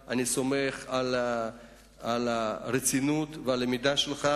אני סומך על הרצינות ועל הלמידה שלך,